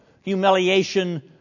humiliation